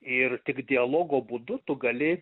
ir tik dialogo būdu tu gali